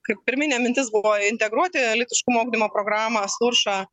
kad pirminė mintis buvo integruoti lytiškumo ugdymo programą sluršą